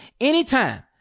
Anytime